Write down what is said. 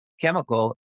chemical